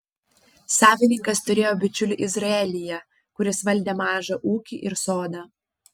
savininkas turėjo bičiulį izraelyje kuris valdė mažą ūkį ir sodą